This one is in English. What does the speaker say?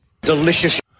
Delicious